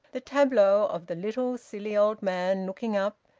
the tableau of the little, silly old man looking up,